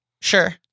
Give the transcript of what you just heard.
sure